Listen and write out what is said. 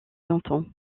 longtemps